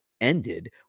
ended